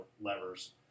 levers